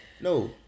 No